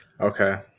Okay